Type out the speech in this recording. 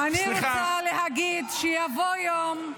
אני רוצה להגיד שיבוא יום,